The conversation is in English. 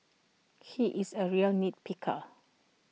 he is A real nit picker